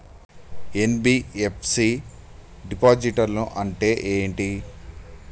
NBFC డిపాజిట్లను అంటే ఏంటి?